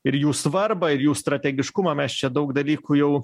ir jų svarbą ir jų strategiškumą mes čia daug dalykų jau